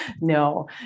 No